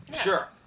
Sure